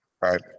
right